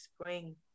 spring